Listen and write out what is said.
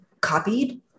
copied